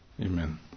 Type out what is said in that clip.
amen